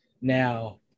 now